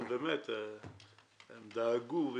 לא, באמת, הם דאגו.